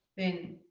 thin,